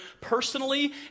personally